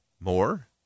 more